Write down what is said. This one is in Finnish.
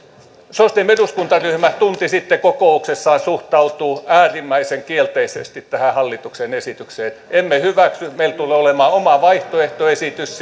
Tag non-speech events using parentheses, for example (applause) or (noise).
sos dem eduskuntaryhmä tunti sitten kokouksessaan suhtautui äärimmäisen kielteisesti tähän hallituksen esitykseen emme hyväksy meillä tulee olemaan oma vaihtoehtoesitys (unintelligible)